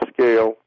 scale